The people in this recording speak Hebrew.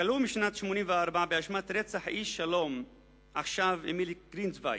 כלוא מ-1984 באשמת רצח איש "שלום עכשיו" אמיל גרינצווייג.